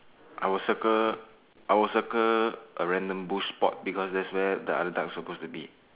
I will circle I will circle a random bush spot because that's where the other duck's supposed to be